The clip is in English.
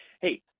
Hey